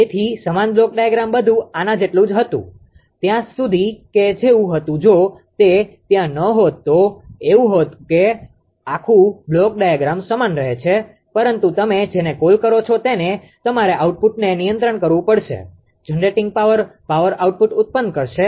તેથી સમાન block diagram બધું આના જેટલું જ હતું ત્યાં સુધી કે જેવું હતું જો તે ત્યાં ન હોત તો એવું હતું કે આખું બ્લોક ડાયાગ્રામ સમાન રહે છે પરંતુ તમે જેને કોલ કરો છો તેને તમારે આઉટપુટને નિયંત્રિત કરવું પડશે જનરેટિંગ પાવર પાવર આઉટપુટ ઉત્પન્ન કરે છે